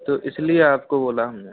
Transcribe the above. तो इसलिए आपको बोला हमने